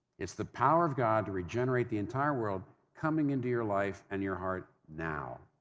it's the power of god to regenerate the entire world coming into your life and your heart now.